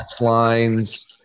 lines